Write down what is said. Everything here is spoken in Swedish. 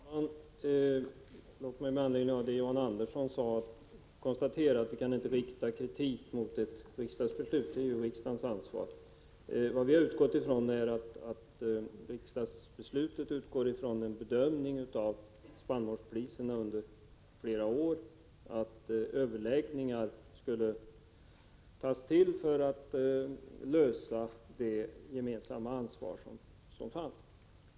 Herr talman! Låt mig med anledning av vad John Andersson sade konstatera att vi inte kan rikta kritik mot ett riksdagsbeslut. Detta är ju riksdagens ansvar. Vad vi har utgått från är att riksdagsbeslutet grundar sig på en bedömning av spannmålspriserna under flera år och att överläggningar skulle föras i syfte att lösa problemet med det gemensamma ansvar som fanns.